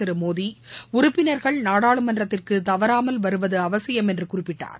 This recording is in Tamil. நரேந்திரமோடி உறுப்பினர்கள் நாடாளுமன்றத்திற்கு தவறாமல் வருவது அவசியம் என்று குறிப்பிட்டர்